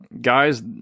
Guys